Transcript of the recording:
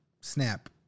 Snap